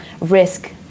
risk